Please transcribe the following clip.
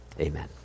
Amen